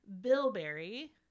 bilberry